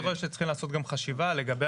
אני חושב שצריכים לעשות גם חשיבה לגבי